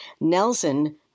Nelson